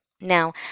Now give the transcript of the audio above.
now